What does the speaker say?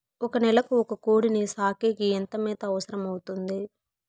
ఒక నెలకు ఒక కోడిని సాకేకి ఎంత మేత అవసరమవుతుంది?